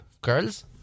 Girls